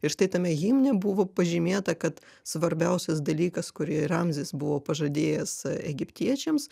ir štai tame himne buvo pažymėta kad svarbiausias dalykas kurį ramzis buvo pažadėjęs egiptiečiams